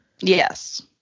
Yes